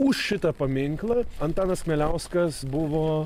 už šitą paminklą antanas kmieliauskas buvo